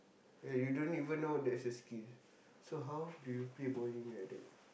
eh you don't even know that's a skill so how do you play bowling like that